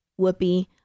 Whoopi